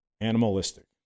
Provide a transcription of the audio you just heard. animalistic